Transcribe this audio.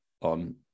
on